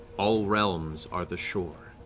all realms are the shore.